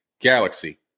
galaxy